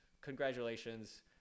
Congratulations